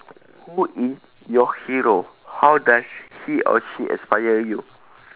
who is your hero how does he or she aspire you